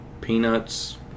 peanuts